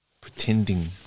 Pretending